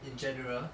in general